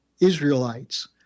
Israelites